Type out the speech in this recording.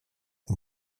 ont